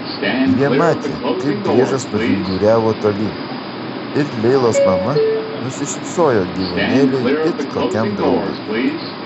jie matė kaip driežas nuvinguriavo tolyn ir leilos mama nusišypsojo gyvūnėliui it kokiam draugui